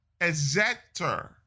Exector